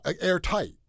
airtight